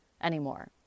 anymore